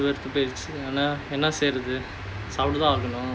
ஆனா என்ன செய்றது சாப்பிட்டு தான் ஆகணும்:aanaa enna seirathu saapttuthaan aaganum